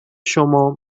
شما